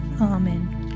Amen